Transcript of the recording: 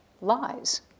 lies